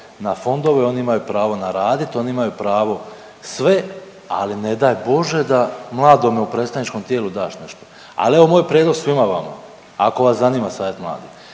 na fondove, oni imaju pravo na raditi, oni imaju pravo sve ali ne daj bože da mladome u predstavničkome tijelu daš nešto. Ali evo moj prijedlog svima vama, ako vas zanima savjet mladih.